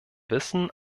wissen